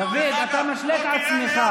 דוד, אתה משלה את עצמך.